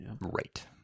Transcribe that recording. Right